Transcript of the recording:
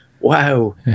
wow